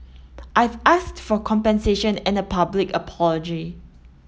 I've asked for compensation and a public apology